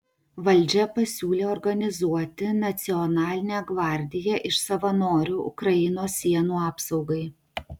valdžia pasiūlė organizuoti nacionalinę gvardiją iš savanorių ukrainos sienų apsaugai